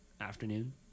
afternoon